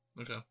Okay